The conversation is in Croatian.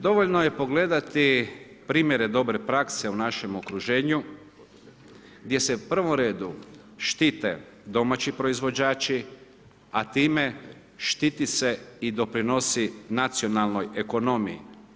Dovoljno je pogledati promjere dobre prakse u našem okruženju gdje se u prvom redu štite domaći proizvođači a time štiti se i doprinosi nacionalnoj ekonomiji.